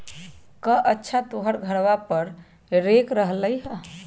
कअच्छा तोहर घरवा पर रेक रखल हई?